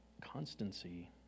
constancy